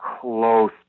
close